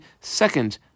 second